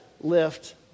lift